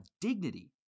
dignity